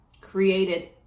created